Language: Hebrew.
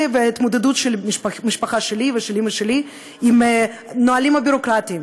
וההתמודדות של המשפחה שלי ושל אימא שלי עם נהלים ביורוקרטיים,